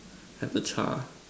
have the